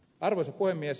arvoisa puhemies